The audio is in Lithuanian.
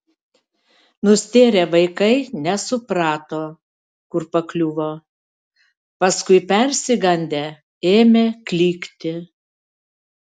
nustėrę vaikai nesuprato kur pakliuvo paskui persigandę ėmė klykti